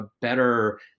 better